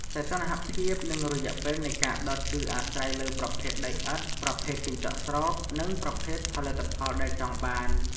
សីតុណ្ហភាព និងរយៈពេលនៃការដុត គឺអាស្រ័យលើប្រភេទដីឥដ្ឋ ប្រភេទកញ្ចក់ស្រោប និងប្រភេទផលិតផលដែលចង់បាន។